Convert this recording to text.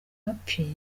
happy